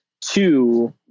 Two